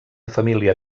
família